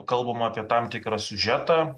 kalbam apie tam tikrą siužetą